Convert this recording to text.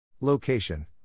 Location